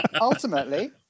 Ultimately